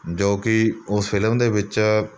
ਜੋ ਕਿ ਉਸ ਫ਼ਿਲਮ ਦੇ ਵਿੱਚ